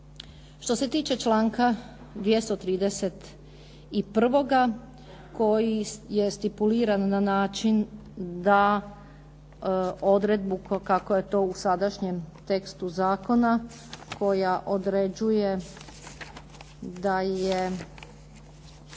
Što se tiče članka 231 koji je stipuliran na način da odredbu kako je to u sadašnjem tekstu zakona koja određuje da je,